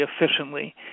efficiently